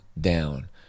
down